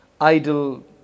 idle